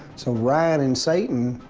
so ryan and satan,